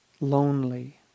lonely